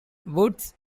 woods